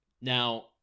Now